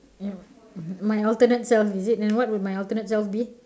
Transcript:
and my alternate self is it and what would my alternate self be